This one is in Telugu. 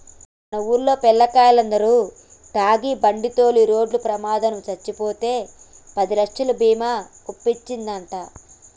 మన వూల్లో పిల్లకాయలిద్దరు తాగి బండితోలి రోడ్డు ప్రమాదంలో సచ్చిపోతే పదిలచ్చలు బీమా ఒచ్చిందంట